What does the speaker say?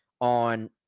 on